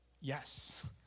yes